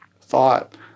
thought